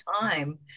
time